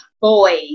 boys